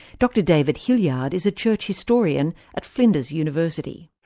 dr david hilliard is a church historian at flinders university.